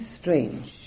strange